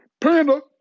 panda